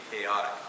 chaotic